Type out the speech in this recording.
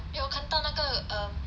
eh 我看到那个 um